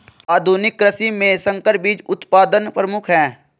आधुनिक कृषि में संकर बीज उत्पादन प्रमुख है